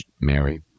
Mary